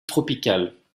tropicales